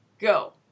go